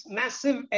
massive